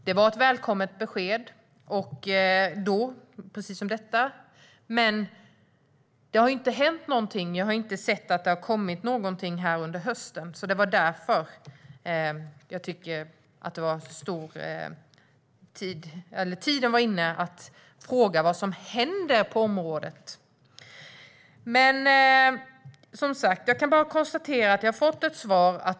Det var ett välkommet besked då, precis som detta är nu. Men det har inte hänt någonting. Jag har inte sett att det har kommit någonting under hösten. Därför tyckte jag att tiden var inne att fråga vad som händer på området. Jag kan bara konstatera att jag har fått ett svar.